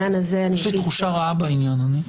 יש לי תחושה רעה בעניין.